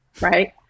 right